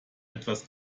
etwas